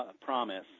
promise